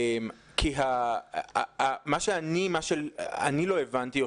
מה שאני לא הבנתי הוא